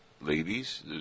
ladies